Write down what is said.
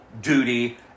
duty